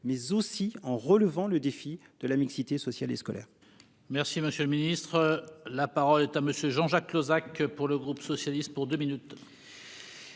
mais aussi en relevant le défi de la mixité sociale et scolaire. Merci monsieur le ministre. La parole est à Monsieur Jean-Jacques Lozach. Pour le groupe socialiste pour 2 minutes.